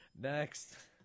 Next